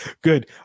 Good